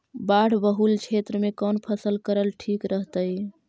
बाढ़ बहुल क्षेत्र में कौन फसल करल ठीक रहतइ?